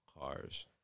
cars